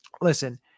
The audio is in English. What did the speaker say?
Listen